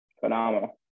phenomenal